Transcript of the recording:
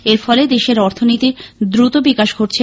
এরফলে দেশের অর্থনীতির দ্রুত বিকাশ ঘটেছে